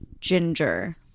Ginger